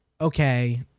Okay